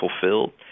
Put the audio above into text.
fulfilled